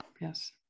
yes